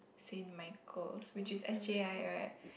Saint-Michaels which is s_j_i right